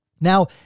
Now